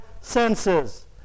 senses